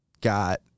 got